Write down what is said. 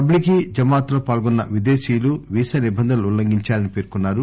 తబ్లిగి జమాత్ లో పాల్గొన్న విదేశీయులు వీసా నిబంధనలు ఉల్లంఘించారని పేర్కొన్నారు